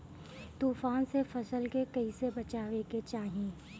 तुफान से फसल के कइसे बचावे के चाहीं?